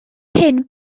hyn